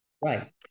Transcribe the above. right